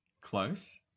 Close